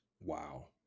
Wow